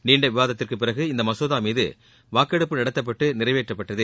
நீண்ட விவாதத்திற்குப் பிறகு இந்த மசோதா மீது வாக்கெடுப்பு நடத்தப்பட்டு நிறைவேற்றப்பட்டது